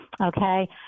okay